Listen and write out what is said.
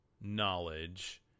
knowledge